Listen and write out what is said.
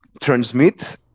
transmit